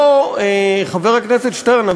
חבר הכנסת שטרן,